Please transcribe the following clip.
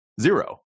zero